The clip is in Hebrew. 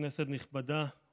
כנסת נכבדה,